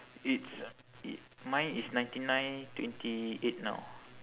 it's i~ mine is ninety nine twenty eight now